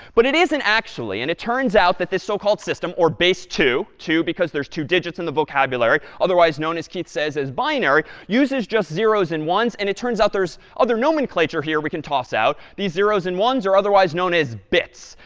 but it isn't actually. and it turns out that this so-called system, or base two two because there's two digits in the vocabulary, otherwise known, as keith says, as binary uses just zeros and ones, and it turns out there's other nomenclature here we can toss out. these zeros and ones are otherwise known as bits.